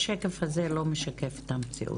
השקף הזה לא משקף את המציאות.